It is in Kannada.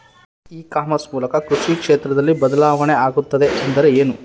ಇ ಕಾಮರ್ಸ್ ನ ಮೂಲಕ ಕೃಷಿ ಕ್ಷೇತ್ರದಲ್ಲಿ ಬದಲಾವಣೆ ಆಗುತ್ತಿದೆ ಎಂದರೆ ಏನು?